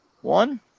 One